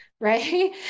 right